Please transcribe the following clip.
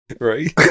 Right